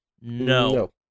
No